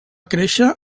créixer